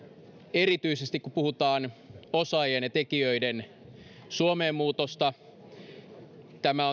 erityisesti kun puhutaan osaajien ja tekijöiden suomeen muutosta tämä